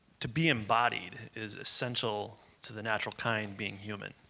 to be embodied is essential to the natural kind being human.